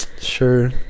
sure